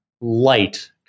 light